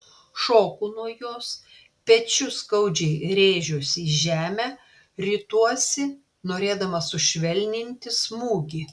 šoku nuo jos pečiu skaudžiai rėžiuosi į žemę rituosi norėdamas sušvelninti smūgį